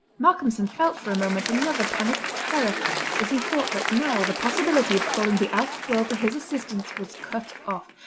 malcolmson felt for a moment another pang of terror as he thought that now the possibility of calling the outer world to his assistance was cut off,